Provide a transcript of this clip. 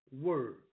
word